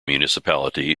municipality